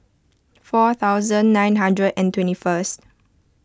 four thousand nine hundred and twenty first